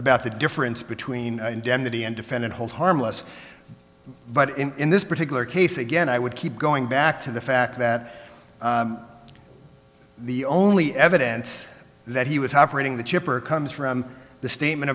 about the difference between indemnity and defendant hold harmless but in this particular case again i would keep going back to the fact that the only evidence that he was happening the chipper comes from the statement